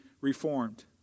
reformed